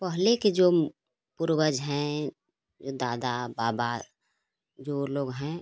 पहले के जो पूर्वज हैं जो दादा बाबा जो लोग हैं